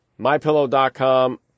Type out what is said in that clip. MyPillow.com